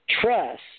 Trust